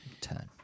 turn